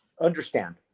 understand